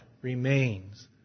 remains